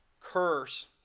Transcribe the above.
curse